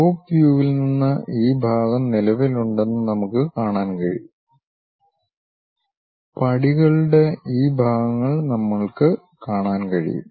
top വ്യൂവിൽ നിന്ന് ഈ ഭാഗം നിലവിലുണ്ടെന്ന് നമുക്ക് കാണാൻ കഴിയും പടികളുടെ ഈ ഭാഗങ്ങൾ നമ്മൾക്കു കാണാൻ കഴിയും